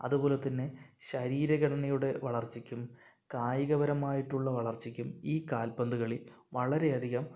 അതുപോലെത്തന്നെ ശരീരഘടനയുടെ വളർച്ചയ്ക്കും കായികപരമായിട്ടുള്ള വളർച്ചയ്ക്കും ഈ കാൽപ്പന്തു കളി വളരെ അധികം